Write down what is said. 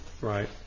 right